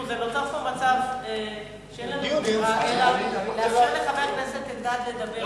נוצר פה מצב שאין לנו ברירה אלא לאפשר לחבר הכנסת אלדד לדבר.